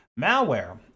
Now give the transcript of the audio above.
malware